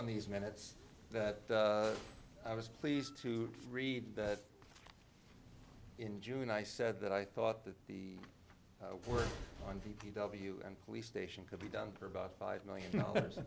on these minutes that i was pleased to read that in june i said that i thought that the work on the p w and police station could be done for about five million dollars